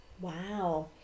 Wow